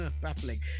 baffling